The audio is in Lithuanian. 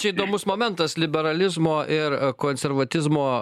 čia įdomus momentas liberalizmo ir konservatizmo